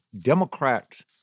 Democrats